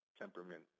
temperament